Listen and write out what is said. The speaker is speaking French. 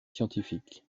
scientifiques